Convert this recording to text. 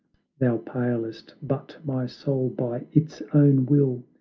thou palest, but my soul by its own will,